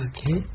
Okay